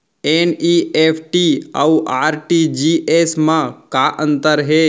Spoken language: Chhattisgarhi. एन.ई.एफ.टी अऊ आर.टी.जी.एस मा का अंतर हे?